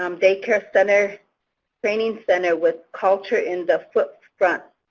um day care center training center with culture in the fore front.